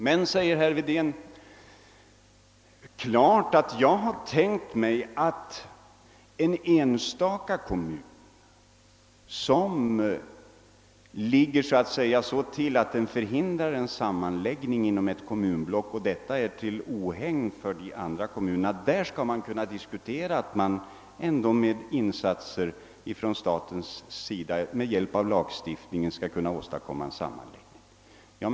Men, säger herr Wedén, det är klart att jag har tänkt mig att man när det gäller en enstaka kommun, som ligger så till att den förhindrar en sammanläggning inom ett kommunblock och detta är till ohägn för de andra kommunerna, skall kunna diskutera att man med hjälp av lagstiftning skall kunna åstadkomma en sammanläggning.